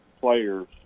players